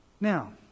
Now